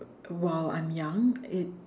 while I'm young it